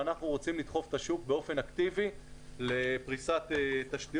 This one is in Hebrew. אנחנו רוצים לדחוף את השוק באופן אקטיבי לפריסת תשתיות,